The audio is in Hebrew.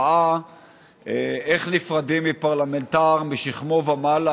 ראה איך נפרדים מפרלמנטר משכמו ומעלה,